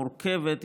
מורכבת,